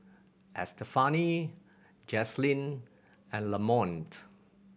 Estefany Jazlyn and Lamont